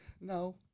No